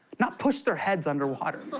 not push their heads under water.